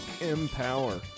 Empower